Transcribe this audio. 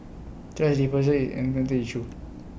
thrash disposal is an environmental issue